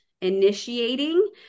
initiating